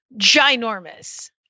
ginormous